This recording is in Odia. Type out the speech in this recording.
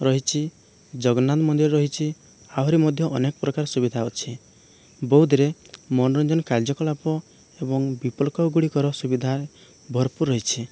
ରହିଛି ଜଗନ୍ନାଥ ମନ୍ଦିର ରହିଛି ଆହୁରି ମଧ୍ୟ ଅନେକ ପ୍ରକାର ସୁବିଧା ଅଛି ବୌଦ୍ଧରେ ମନୋରଞ୍ଜନ କାର୍ଯ୍ୟକଳାପ ଏବଂ ବିକଳ୍ପଗୁଡ଼ିକର ସୁବିଧା ଭରପୁର ରହିଛି